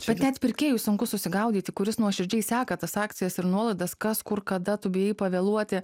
bet net pirkėjui sunku susigaudyti kuris nuoširdžiai seka tas akcijas ir nuolaidas kas kur kada tu bijai pavėluoti